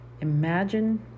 Imagine